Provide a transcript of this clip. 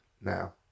now